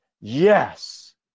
yes